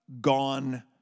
gone